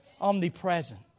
omnipresent